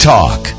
Talk